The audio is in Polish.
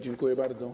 Dziękuję bardzo.